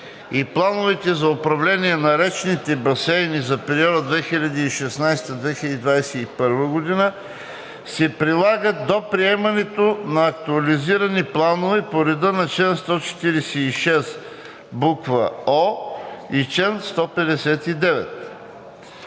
и Плановете за управление на речните басейни за периода от 2016 – 2021 г. се прилагат до приемането на актуализирани планове по реда на чл. 146о и чл. 159.“